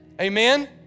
amen